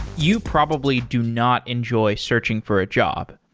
you probably do not enjoy searching for a job.